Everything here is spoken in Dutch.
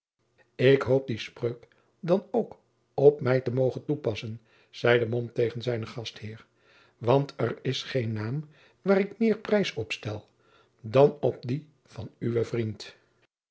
ik hoop die spreuk dan ook op mij te mogen toepassen zeide mom tegen zijnen gastheer want er is geen naam waar ik meer prijs op stel dan op dien van uwen vriend